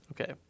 Okay